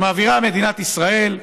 שמעבירה מדינת ישראל,